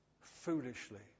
foolishly